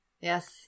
Yes